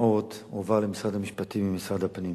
ואני מתכבד לפתוח את ישיבת הכנסת.